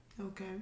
Okay